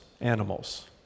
animals